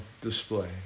display